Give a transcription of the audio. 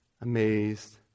amazed